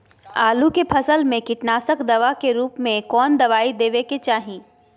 आलू के फसल में कीटनाशक दवा के रूप में कौन दवाई देवे के चाहि?